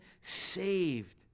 saved